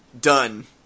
done